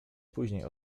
później